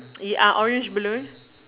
you are orange blue